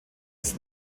ist